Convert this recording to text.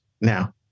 now